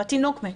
והתינוק מת.